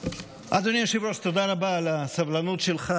אדוני היושב-ראש, תודה רבה על הסבלנות שלך.